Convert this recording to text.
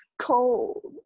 cold